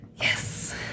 Yes